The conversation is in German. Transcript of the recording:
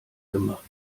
gemacht